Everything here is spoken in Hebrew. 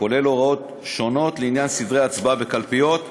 כולל הוראות לעניין סדרי ההצבעה בקלפיות לאסירים,